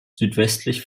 südwestlich